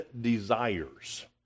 desires